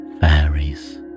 fairies